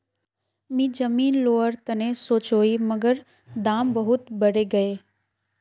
मी जमीन लोवर तने सोचौई मगर दाम बहुत बरेगये